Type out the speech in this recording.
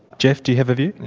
geoff, do you have a view?